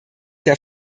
der